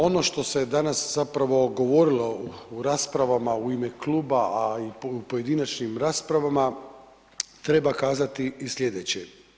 Ono što se je danas zapravo govorilo u rasprava u ime kluba, a i pojedinačnim rasprava, treba kazati i sljedeće.